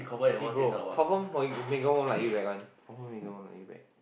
see bro confirm boy Megan won't like you back one confirm Megan won't like you back